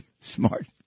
smart